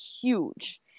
huge